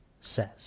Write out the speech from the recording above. says